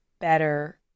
better